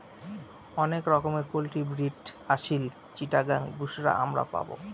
অনেক রকমের poultry breed Aseel, Chittagong, বুশরা আমরা পাবো